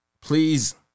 please